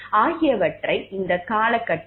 அந்த காலகட்டத்தில்